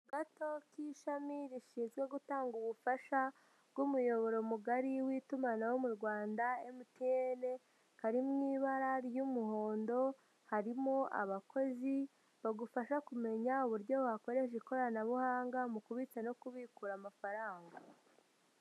Akazu gato k'ishami rishinzwe gutanga ubufasha bw'umuyoboro mugari w'itumanaho mu Rwanda MTN kari mu ibara ry'umuhondo, harimo abakozi bagufasha kumenya uburyo wakoresha ikoranabuhanga mu kubitsa no kubikura amafaranga.